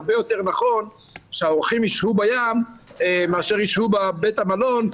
הרבה יותר נכון שהאורחים ישבו בים מאשר ישבו בבית המלון,